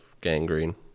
gangrene